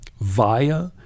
via